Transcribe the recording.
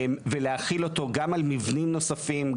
ולהחיל אותו גם על מבנים נוספים,